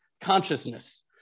consciousness